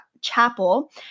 Chapel